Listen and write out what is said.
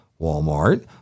Walmart